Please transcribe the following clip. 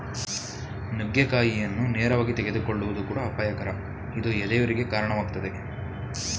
ನುಗ್ಗೆಕಾಯಿಯನ್ನು ನೇರವಾಗಿ ತೆಗೆದುಕೊಳ್ಳುವುದು ಕೂಡ ಅಪಾಯಕರ ಇದು ಎದೆಯುರಿಗೆ ಕಾಣವಾಗ್ತದೆ